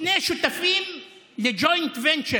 שני שותפים ל-joint venture